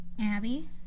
Abby